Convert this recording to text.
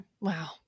Wow